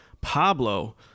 Pablo